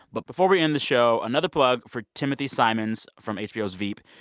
but before we end the show, another plug for timothy simons from hbo's veep.